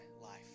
life